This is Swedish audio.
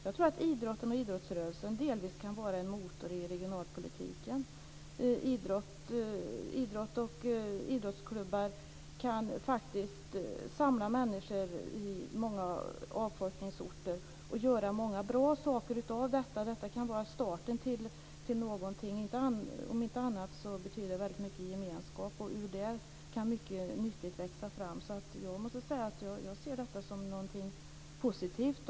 Jag tror att idrotten och idrottsrörelsen delvis kan vara en motor i regionalpolitiken. Idrott och idrottsklubbar kan samla människor i många avfolkningsorter och göra många bra saker. Detta kan vara starten till någonting. Om inte annat betyder idrott gemenskap, och ur det kan mycket nyttigt växa fram. Jag ser detta som någonting positivt.